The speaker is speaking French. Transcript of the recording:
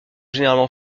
généralement